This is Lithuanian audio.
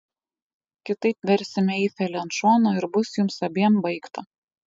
kitaip versime eifelį ant šono ir bus jums abiem baigta